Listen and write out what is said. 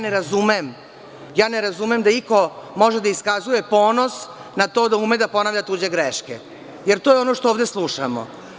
Ne razumem da iko može da iskazuje ponos na to da ume da ponavlja tuđe greške, jer to je ono što ovde slušamo.